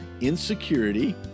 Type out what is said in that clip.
insecurity